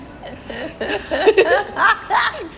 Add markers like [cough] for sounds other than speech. [laughs]